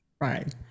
right